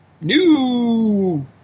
new –